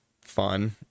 fun